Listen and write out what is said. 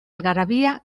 algarabía